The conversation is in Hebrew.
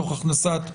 תוך הכנסת שינויים.